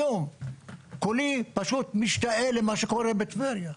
היום, כולי פשוט משתאה למה שקורה בטבריה.